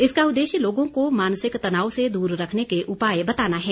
इसका उद्देश्य लोगों को मानसिक तनाव से दूर रखने के उपाय बताना है